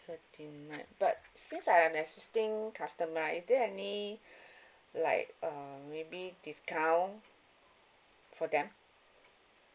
thirty nine but since I'm existing customer right is there any like uh maybe discount for them